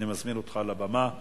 אני מזמין אותך לבמה.